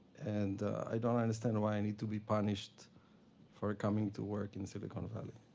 and i don't understand why i need to be punished for coming to work in silicon valley.